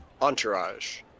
entourage